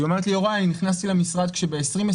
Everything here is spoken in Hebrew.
והיא אמרה לי: נכנסתי למשרד כאשר ב-2020